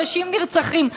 אנשים נרצחים.